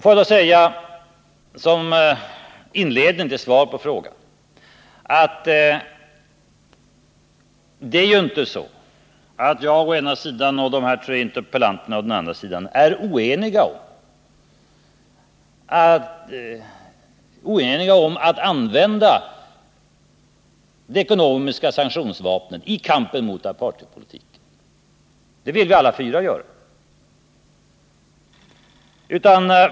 Får jag säga som inledning till ett svar på frågan, att det inte är så att jag å ena sidan och de tre interpellanterna å andra sidan är oeniga om att använda det ekonomiska sanktionsvapnet i kampen mot apartheidpolitiken; det vill vi alla fyra göra.